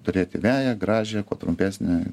turėti veją gražią kuo trumpesnė